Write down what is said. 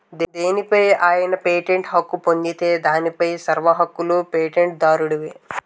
దేనిపై అయినా పేటెంట్ హక్కు పొందితే దానిపై సర్వ హక్కులూ పేటెంట్ దారుడివే